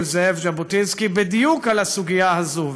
זאב ז'בוטינסקי בדיוק על הסוגיה הזאת,